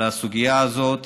על הסוגיה הזאת,